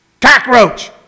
cockroach